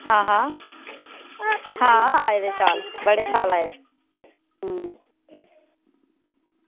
आं हां आं आये दे शैल बड़े शैल आये दे अं